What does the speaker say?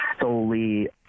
solely